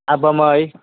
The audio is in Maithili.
आ बम्बइ